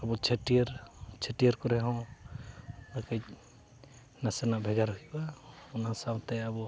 ᱟᱵᱚ ᱪᱷᱟᱹᱴᱭᱟᱹᱨ ᱪᱷᱟᱹᱴᱭᱟᱹᱨ ᱠᱚᱨᱮ ᱦᱚᱸ ᱟᱨ ᱠᱟᱹᱡ ᱱᱟᱥᱮᱱᱟᱜ ᱵᱷᱮᱜᱟᱨ ᱦᱩᱭᱩᱜᱼᱟ ᱚᱱᱟ ᱥᱟᱶᱛᱮ ᱟᱵᱚ